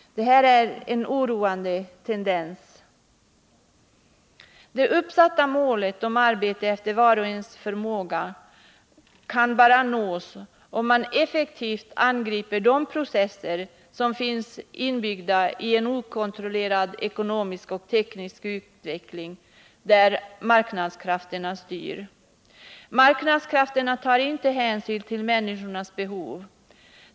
Det här är en oroande tendens. Det uppsatta målet om arbete efter vars och ens förmåga kan bara nås om man effektivt angriper de processer som finns inbyggda i en okontrollerad ekonomisk och teknisk utveckling där marknadskrafterna styr. Marknads krafterna tar inte hänsyn till människornas behov.